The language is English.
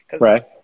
Right